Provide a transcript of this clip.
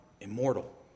immortal